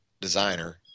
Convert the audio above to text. designer